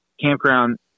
campground